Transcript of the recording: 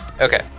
Okay